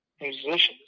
musicians